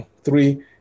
three